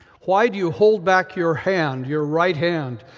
why do you hold back your hand, your right hand?